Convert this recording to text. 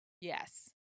Yes